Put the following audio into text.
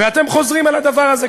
ואתם חוזרים על הדבר הזה.